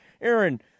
Aaron